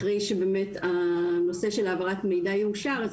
אחרי שבאמת הנושא של העברת המידע יאושר אז